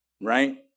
Right